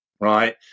right